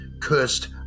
cursed